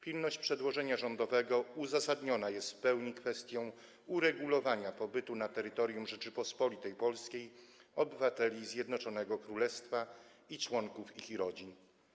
Pilność przedłożenia rządowego uzasadniona jest w pełni kwestią uregulowania pobytu na terytorium Rzeczypospolitej Polskiej obywateli Zjednoczonego Królestwa i członków ich rodzin.